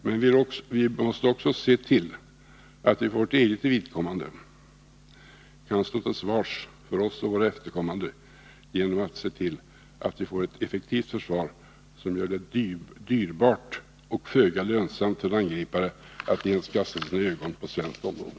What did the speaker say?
Men vi måste också se till att vi för vårt eget vidkommande kan stå till svars för oss och våra efterkommande genom att se till att vi får ett effektivt försvar, som gör det dyrbart och föga lönsamt för en angripare att ens kasta sina ögon på svenskt område.